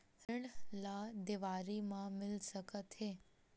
ऋण ला देवारी मा मिल सकत हे